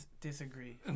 Disagree